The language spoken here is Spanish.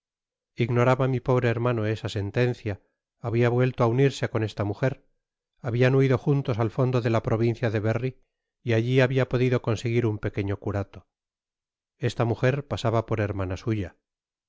ignoraba mi pobre hermano esa sentencia habia vuelto á unirse con esta mujer habian huido juntos al fondo de la provincia de berry y alli habia podido conseguir un pequeño curato esja mujer pasaba por hermana suya